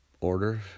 order